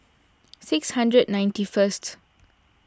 six hundred ninety first